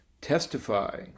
testify